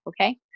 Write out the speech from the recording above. okay